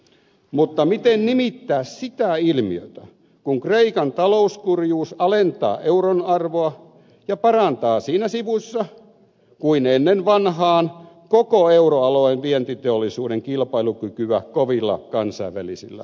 mutta miten nimittää sitä ilmiötä kun kreikan talouskurjuus alentaa euron arvoa ja parantaa siinä sivussa kuin ennen vanhaan koko euroalueen vientiteollisuuden kilpailukykyä kovilla kansainvälisillä markkinoilla